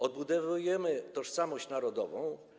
Odbudowujemy tożsamość narodową.